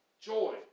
Joy